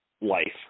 life